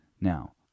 Now